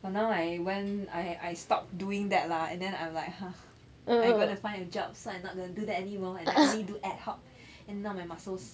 but now I went I I stop doing that lah and then I'm like !huh! I'm going to find a job so I'm not gonna do that anymore and I only do ad hoc and now my muscles